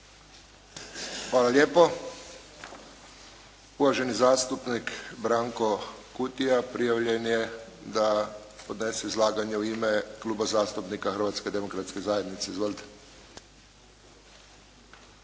Hvala lijepo. Uvaženi zastupnik, Branko Kutija prijavljen je da podnese izlaganje u ima Kluba zastupnika Hrvatske demokratske zajednice. Izvolite.